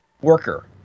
worker